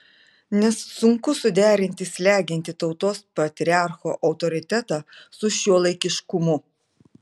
nes sunku suderinti slegiantį tautos patriarcho autoritetą su šiuolaikiškumu